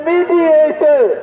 Mediator